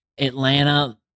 Atlanta